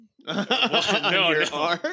No